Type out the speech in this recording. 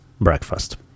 breakfast